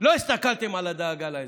לא הסתכלתם על הדאגה לאזרחים.